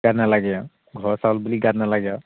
গাত নালাগে আৰু ঘৰ চাউল বুলি গাত নালাগে আৰু